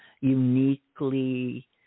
uniquely